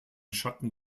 schatten